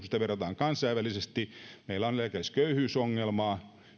sitä verrataan kansainvälisesti on se että meillä on eläkeläisköyhyysongelmaa sitä on